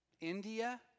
India